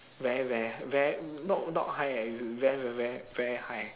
very very h~ very not not high eh is very ve~ ve~ very high